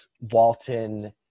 Walton